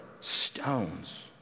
stones